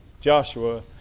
Joshua